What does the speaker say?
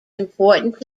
important